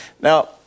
Now